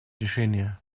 решение